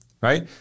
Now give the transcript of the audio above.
right